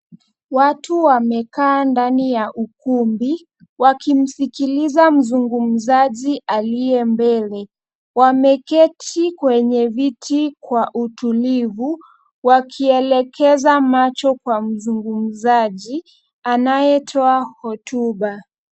Watu wamekaa ndani ya ukumbi wakimsikiliza mzungumzaji aliye mbele, wameketi kwenye viti kwa utulivu wakielekeza macho kwa mzungumzaji anayetoa hotuba.